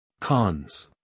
Cons